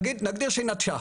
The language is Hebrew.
נגדיר שהיא נטשה.